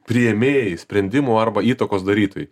priėmėjai sprendimų arba įtakos darytojai